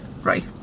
Right